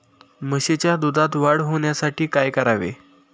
म्हशीच्या दुधात वाढ होण्यासाठी काय करावे?